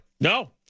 No